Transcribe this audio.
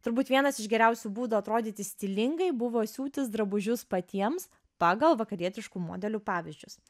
turbūt vienas iš geriausių būdų atrodyti stilingai buvo siūtis drabužius patiems pagal vakarietiškų modelių pavyzdžius